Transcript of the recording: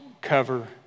cover